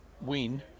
win